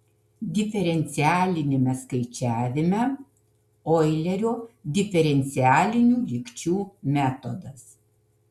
diferencialiniame skaičiavime oilerio diferencialinių lygčių metodas